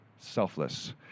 selfless